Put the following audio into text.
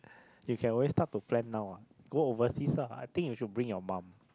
you can always start to plan now [what] go overseas lah I think you should your mum